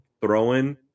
throwing